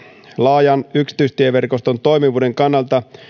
laajan yksityistieverkoston toimivuuden kannalta